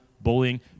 bullying